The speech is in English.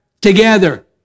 together